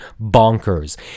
bonkers